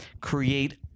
create